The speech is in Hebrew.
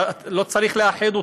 לא צריך לאחד אותן.